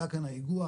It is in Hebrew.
עלה כאן האיגוח,